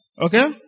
Okay